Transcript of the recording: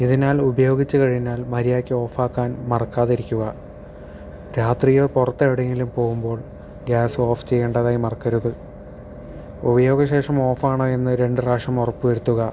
ഇതിനാൽ ഉപയോഗിച്ച് കഴിഞ്ഞാൽ മര്യാദയ്ക്ക് ഓഫ് ആക്കാൻ മറക്കാതെ ഇരിക്കുക രാത്രിയോ പുറത്ത് എവിടെങ്കിലും പോകുമ്പോൾ ഗ്യാസ് ഓഫ് ചെയ്യേണ്ടതായി മറക്കരുത് ഉപയോഗ ശേഷം ഓഫ് ആണോ എന്ന് രണ്ട് പ്രാവിശ്യം ഉറപ്പ് വരുത്തുക